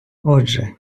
отже